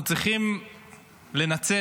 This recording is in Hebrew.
אנחנו צריכים לנצל